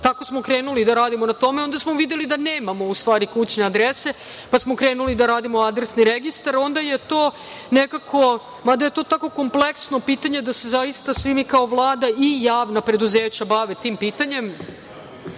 tako smo krenuli da radimo na tome. Onda smo videli da nemamo u stvari kućne adrese pa smo krenuli da radimo adresni registar, mada je to tako kompleksno pitanje da se zaista svi mi kao Vlada i javna preduzeća bave tim pitanjem. To